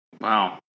Wow